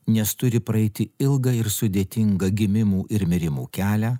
nes turi praeiti ilgą ir sudėtingą gimimų ir mirimų kelią